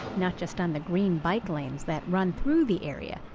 not just on the green bike lanes that run through the area,